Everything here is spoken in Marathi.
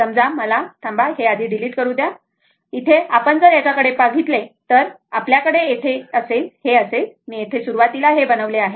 समजा मला आधी हे डिलीट करू दे आपण जर त्याच्याकडे बघितले तर जर आपल्याकडे येथे असेल मी येथे सुरुवातीला बनवले आहे